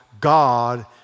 God